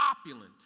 opulent